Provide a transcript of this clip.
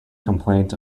complaint